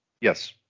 Yes